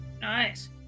Nice